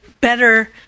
better